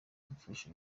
gupfusha